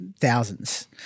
thousands